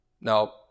Now